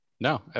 No